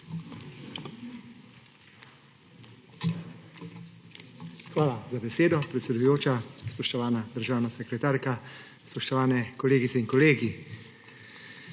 Hvala za besedo, predsedujoča. Spoštovana državna sekretarka, spoštovani kolegice in kolegi!